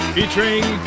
Featuring